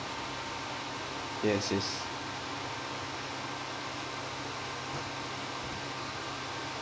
yes yes